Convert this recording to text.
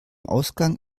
ausgang